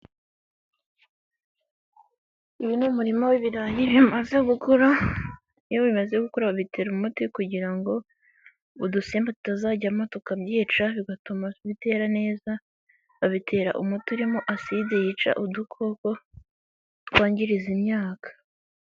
Uyu ni umurima w'ibirayi bimaze gukura, iyo bimaze gukura babitera umuti kugira ngo udusimba tutazajyamo tukabyica bigatuma bitera neza, babitera umuti urimo aside yica udukoko twangiriza imyaka.